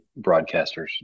broadcasters